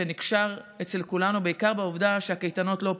שנקשר אצל כולנו בעיקר בעובדה שהקייטנות לא פעילות.